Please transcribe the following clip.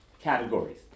categories